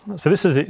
so this is it,